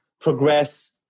progress